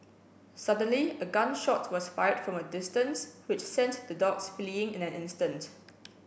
suddenly a gun shot was fired from a distance which sent the dogs fleeing in an instant